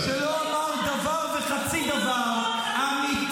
----- שלא אמר דבר וחצי דבר אמיתי